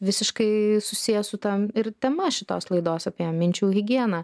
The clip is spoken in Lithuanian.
visiškai susiję su ta ir tema šitos laidos apie minčių higieną